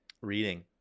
reading